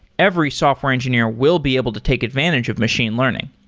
every software engineer will be able to take advantage of machine learning.